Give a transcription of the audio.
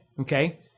okay